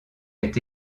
est